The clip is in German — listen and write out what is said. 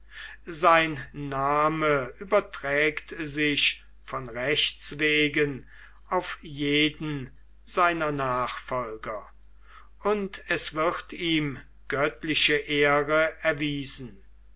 sein name überträgt sich von rechts wegen auf jeden seiner nachfolger und es wird ihm göttliche ehre erwiesen